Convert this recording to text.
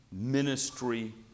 ministry